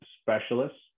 specialists